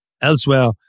elsewhere